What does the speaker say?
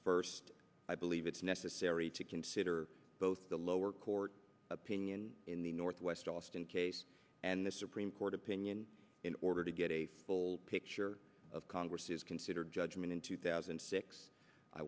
first i believe it's necessary to consider both the lower court opinion in the northwest austin case and the supreme court opinion in order to get a full picture of congress is considered judgment in two thousand and six i